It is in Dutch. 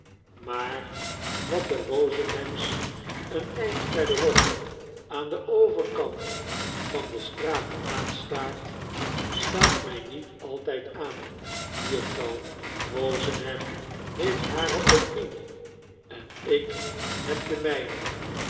maar wat de wozenhams een eind verderop aan den overkant van de straat aanstaat staat my niet altyd aan juffrouw wozenham heeft hare opinie en ik heb de myne